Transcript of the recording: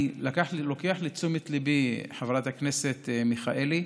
אני לוקח לתשומת ליבי, חברת הכנסת מיכאלי,